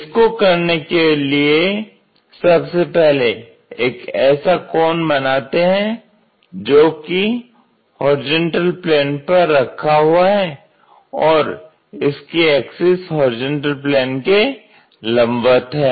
इसको करने के लिए सबसे पहले एक ऐसा कॉन बनाते हैं जोकि होरिजेंटल प्लेन पर रखा हुआ है और इसकी एक्सिस होरिजेंटल प्लेन के लंबवत है